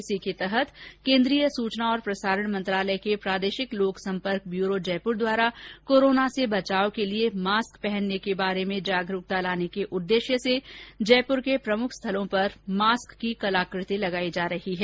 इसके तहत केन्द्रीय सूचना और प्रसारण मंत्रालय के प्रादेशिक लोक सम्पर्क ब्यूरो जयपुर द्वारा कोरोना से बचाव के लिए मास्क पहनने के बारे में जागरूकता लाने के उद्देश्य से जयपुर के प्रमुख स्थलों पर मास्क की कलाकृति लगायी जा रही हैं